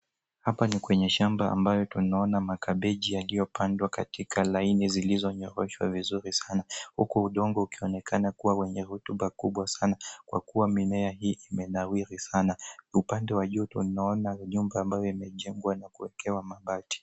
Hapa ni kwenye shamba ambayo tunaona makabeji yaliyopandwa katika laini zilizonyooshwa vizuri sana huku udongo ukionekana kuwa wenye rutuba kubwa sana kwa kuwa mimea hii imenawiri sana. Upande wa juu tunaona nyumba ambayo imejengwa na kuekewa mabati.